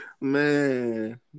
Man